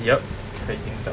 yup 可以听到